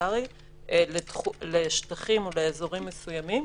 פרלמנטרי לשטחים או לאזורים מסוימים,